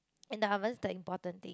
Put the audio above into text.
and the oven the important thing